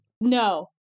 No